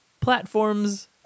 platforms